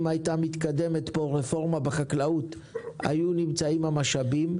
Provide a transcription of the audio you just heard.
הייתה מתקדמת פה רפורמה בחקלאות היו נמצאים המשאבים,